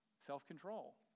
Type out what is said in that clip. self-control